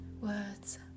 Words